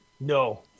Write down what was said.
No